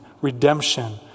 redemption